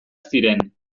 ziren